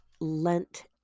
Lent